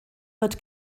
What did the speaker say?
wird